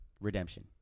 Redemption